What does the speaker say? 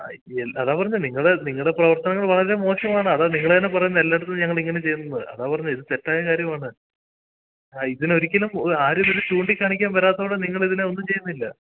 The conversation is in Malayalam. ആ ഇ അതാ പറഞ്ഞത് നിങ്ങളുടെ നിങ്ങളുടെ പ്രവർത്തനങ്ങൾ വളരെ മോശമാണ് അതാ നിങ്ങൾ തന്നെ പറയുന്നത് എല്ലായിടത്തും ഞങ്ങൾ ഇങ്ങനെ ചെയ്തന്ന് അതാ പറഞ്ഞത് ഇത് തെറ്റായ കാര്യമാണ് ആ ഇതിനൊരിക്കലും ആരും ഇങ്ങനെ ചുണ്ടി കാണിക്കാൻ വരാത്തത് കൊണ്ട് നിങ്ങളിതിനെ ഒന്നും ചെയ്യുന്നില്ല